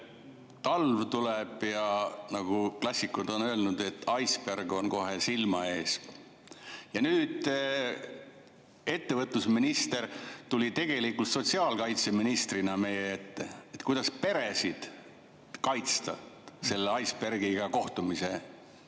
Talv tuleb, ja nagu klassikud on öelnud, icebergon kohe silma ees. Nüüd tuli ettevõtlusminister tegelikult sotsiaalkaitseministrina meie ette, rääkides, kuidas peresid kaitsta selleiceberg'iga kohtumise puhul.